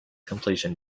completion